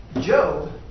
Job